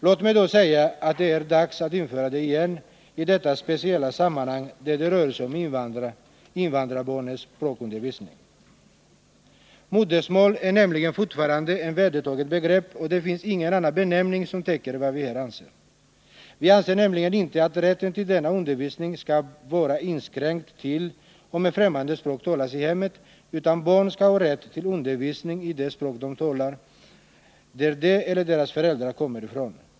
Låt mig då säga att det är dags att införa det igen i detta speciella sammanhang, där det rör sig om invandrarbarnens språkundervisning. Modersmål är nämligen fortfarande ett vedertaget begrepp, och det finns ingen annan benämning som täcker det vi här avser. Vi anser nämligen inte att rätten till denna undervisning skall vara inskränkt till om ett främmande språk talas i hemmet, utan barn skall ha rätt till undervisning i det språk som talas i det land varifrån de eller deras föräldrar kommer.